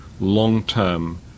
long-term